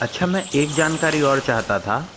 अच्छा मैं एक जानकारी और चाहता था